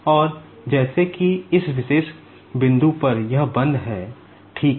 और जैसे कि इस विशेष बिंदु पर यह बंद है ठीक है